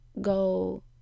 go